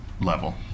level